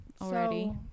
already